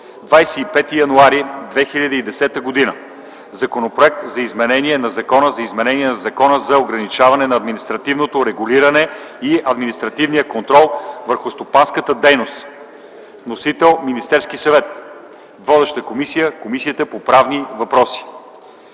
изменение на Закона за изменение на Закона за ограничаване на административното регулиране и административния контрол върху стопанската дейност. Вносител – Министерският съвет. Водеща е Комисията по правни въпроси.